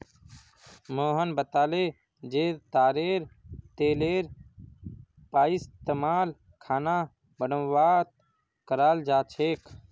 मोहन बताले जे तारेर तेलेर पइस्तमाल खाना बनव्वात कराल जा छेक